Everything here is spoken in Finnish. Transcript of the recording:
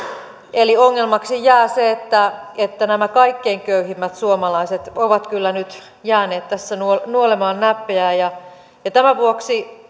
eli ongelmaksi jää se että että nämä kaikkein köyhimmät suomalaiset ovat kyllä nyt jääneet tässä nuolemaan näppejään tämän vuoksi